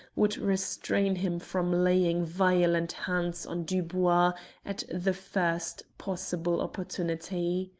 would restrain him from laying violent hands on dubois at the first possible opportunity.